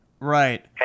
Right